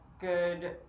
good